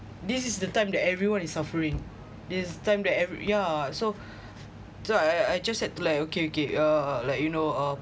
this is the time that everyone is suffering this time that ever~ yeah so so I I just had to like okay okay ah like you know uh